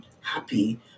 happy